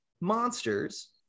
monsters